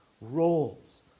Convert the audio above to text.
roles